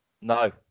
No